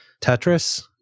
Tetris